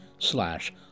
slash